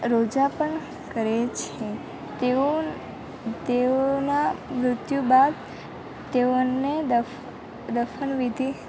રોજા પણ કરે છે તેઓ તેઓનાં મૃત્યુ બાદ તેઓને દફન વિધિ